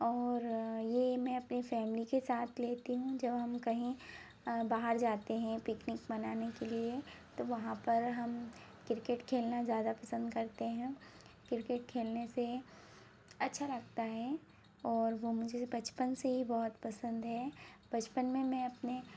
और ये मैं अपनी फैमिली के साथ लेती हूँ जब हम कहीं बाहर जाते हैं पिकनिक मनाने के लिए तो वहाँ पर हम क्रिकेट खेलना ज़्यादा पसंद करते हैं क्रिकेट खेलने से अच्छा लगता है और वो मुझे बचपन से ही बहुत पसंद है बचपन में मैं अपने